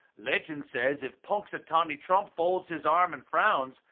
legend says, if punxatawney trump folds his arms and frowns,